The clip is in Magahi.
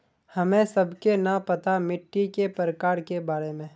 हमें सबके न पता मिट्टी के प्रकार के बारे में?